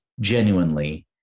genuinely